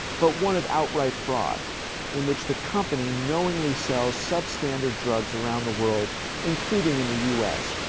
but one of outright fraud in which the company knowingly sells substandard drugs around the world including in the us,